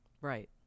Right